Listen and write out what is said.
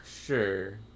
sure